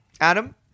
Adam